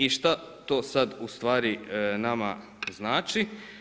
I šta to sad ustvari nama znači?